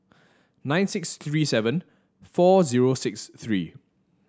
nine six three seven four zero six three